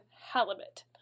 halibut